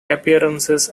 appearances